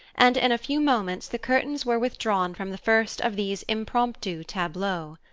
and in a few moments the curtains were withdrawn from the first of these impromptu tableaux.